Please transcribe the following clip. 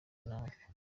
namwe